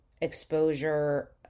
exposure